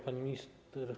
Pani Minister!